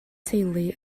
teulu